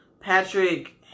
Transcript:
Patrick